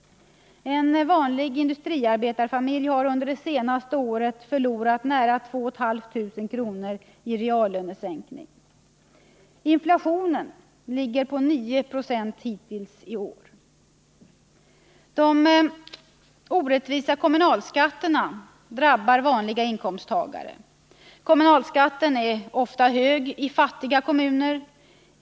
En vanlig industriarbetarfamilj har under det senaste året förlorat nära 2 500 kr. i reallönesänkning. Inflationen ligger på 9 Io hittills i år. De orättvisa kommunalskatterna drabbar vanliga inkomsttagare. Kommunalskatten är ofta hög i fattiga kommuner.